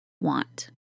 want